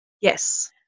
Yes